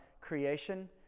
creation